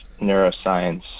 neuroscience